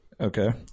Okay